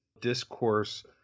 discourse